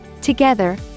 Together